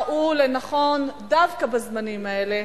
ראו לנכון דווקא בזמנים האלה,